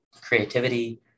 creativity